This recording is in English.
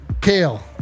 kale